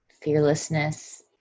fearlessness